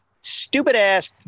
stupid-ass